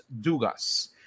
Dugas